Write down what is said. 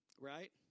Right